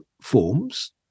forms